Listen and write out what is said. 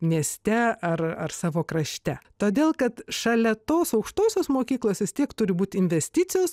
mieste ar ar savo krašte todėl kad šalia tos aukštosios mokyklos vis tiek turi būti investicijos